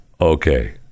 okay